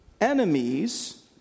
enemies